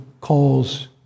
calls